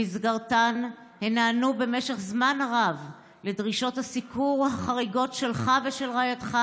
במסגרתן הם נענו במשך זמן רב לדרישות הסיקור החריגות שלך ושל רעייתך,